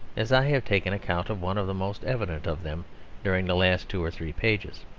as i have taken account of one of the most evident of them during the last two or three pages.